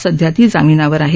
सध्या ती जामिनावर आहे